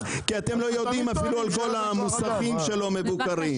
כי אתם לא יודעים אפילו על כל המוסכים שלא מבוקרים.